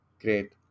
Great